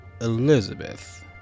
Elizabeth